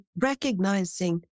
recognizing